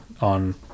on